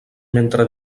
mentre